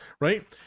right